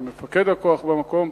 עם מפקד הכוח במקום.